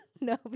No